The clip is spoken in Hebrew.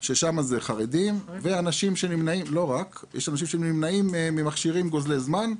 שכאן נמנים חרדים ואנשים שנמנעים ממכשירים גוזלי זמן,